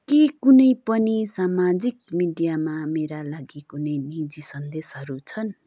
के कुनै पनि सामाजिक मिडियामा मेरा लागि कुनै निजी सन्देसहरू छन्